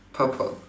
purple